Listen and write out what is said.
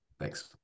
Thanks